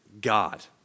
God